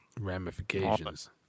ramifications